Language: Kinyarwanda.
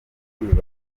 kwibaza